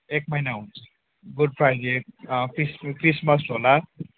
एक महिना हुन्छ गुड फ्राइडे क्रिस क्रिसमस होला